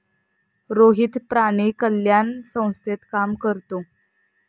रोहित प्राणी कल्याण संस्थेत काम करतो